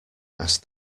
asked